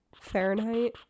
Fahrenheit